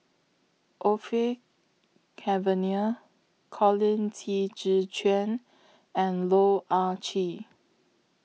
Orfeur Cavenagh Colin Qi Zhe Quan and Loh Ah Chee